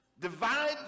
divide